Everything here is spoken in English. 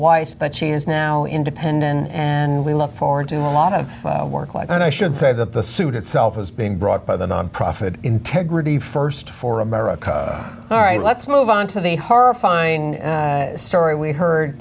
weiss but she is now independent and we look forward to a lot of work life and i should say that the suit itself is being brought by the nonprofit integrity st for america all right let's move on to the horrifying story we heard